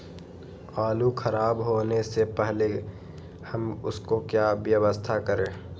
आलू खराब होने से पहले हम उसको क्या व्यवस्था करें?